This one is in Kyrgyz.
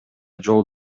жол